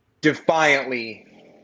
defiantly